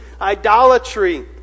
idolatry